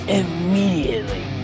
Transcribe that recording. immediately